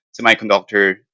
semiconductor